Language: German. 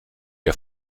der